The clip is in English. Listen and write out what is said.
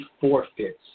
forfeits